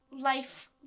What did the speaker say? life